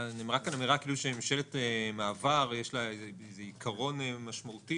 נאמר פה כאילו לממשלת מעבר יש עיקרון משמעותי